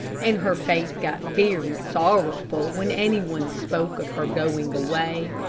and her face got very sorrowful when any one spoke of her going away.